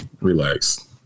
relax